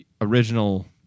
original